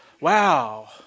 Wow